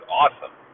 awesome